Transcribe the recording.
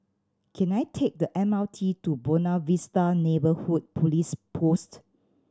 can I take the M R T to Buona Vista Neighbourhood Police Post